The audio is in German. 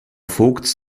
vogts